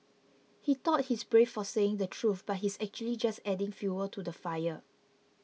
he thought he's brave for saying the truth but he's actually just adding fuel to the fire